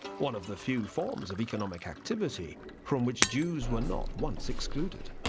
one of the few forms of economic activity from which jews were not once excluded.